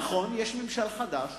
נכון, יש ממשל חדש